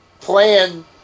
plan